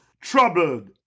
troubled